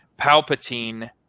Palpatine